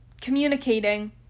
communicating